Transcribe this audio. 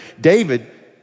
David